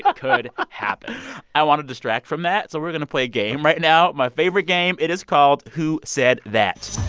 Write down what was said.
ah could happen i want to distract from that. so we're going to play a game right now, my favorite game. it is called who said that?